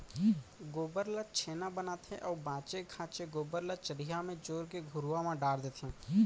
गोबर ल छेना बनाथे अउ बांचे खोंचे गोबर ल चरिहा म जोर के घुरूवा म डार देथे